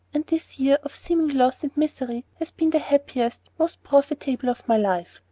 and this year of seeming loss and misery has been the happiest, most profitable of my life.